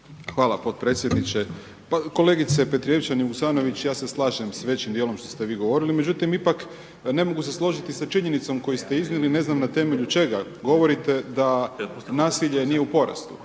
Hvala potpredsjedniče. Pa kolegice Petrijevčanin Vuksanović ja se slažem sa većim dijelom što ste vi govorili, međutim ipak ne mogu se složiti sa činjenicom koju ste iznijeli ne znam na temelju čega. Govorite da nasilje nije u porastu.